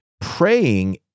praying